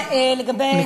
גברתי,